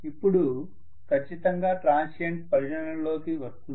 ఇప్పుడు ఖచ్చితంగా ట్రాన్సియెంట్ పరిగణనలోకి వస్తుంది